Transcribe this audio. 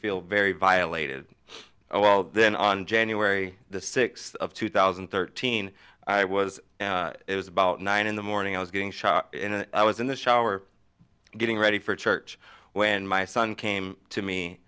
feel very violated oh well then on january the sixth of two thousand and thirteen i was it was about nine in the morning i was getting shot and i was in the shower getting ready for church when my son came to me